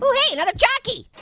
hey, another chocky.